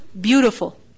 beautiful